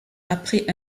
après